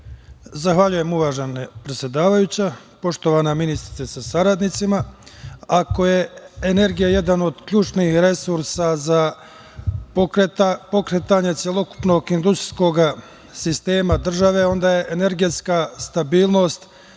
Zahvaljujem, uvažena predsedavajuća. Poštovana ministarko, sa saradnicima, ako je energija jedan od ključnih resursa za pokretanje celokupnog industrijskog sistema države, onda je energetska stabilnost